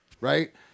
right